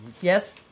Yes